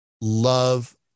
love